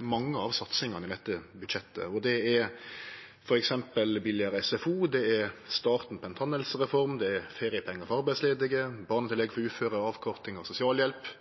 mange av satsingane i dette budsjettet. Det er f.eks. billigare SFO. Det er starten på ei tannhelsereform. Det er feriepengar for arbeidsledige, barnetillegg for uføre, avkorting av sosialhjelp.